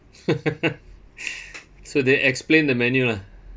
so they explain the menu lah